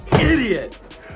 idiot